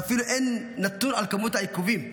ואפילו אין נתון על מספר העיכובים,